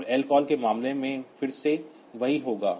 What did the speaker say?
और लकाल के मामले में फिर से वही होता है